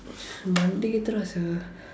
மண்டைக்கு ஏத்துறான்:mandaikku eeththuraan sia